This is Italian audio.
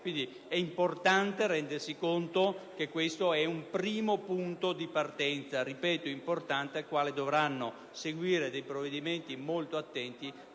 È importante rendersi conto che questo è un primo punto di partenza al quale dovranno seguire dei provvedimenti molto attenti